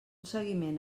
seguiment